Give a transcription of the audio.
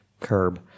curb